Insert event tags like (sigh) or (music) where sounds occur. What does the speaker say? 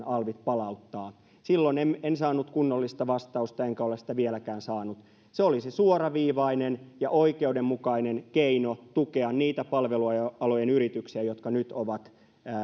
(unintelligible) alvit palauttaa silloin en en saanut kunnollista vastausta enkä ole sitä vieläkään saanut se olisi suoraviivainen ja oikeudenmukainen keino tukea niitä palvelualojen yrityksiä jotka nyt ovat